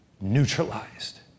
neutralized